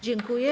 Dziękuję.